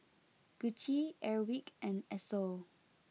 Gucci Airwick and Esso